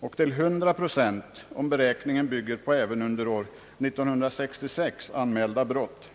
och till 100 procent om beräkningen bygger på även under år 1966 anmälda brott.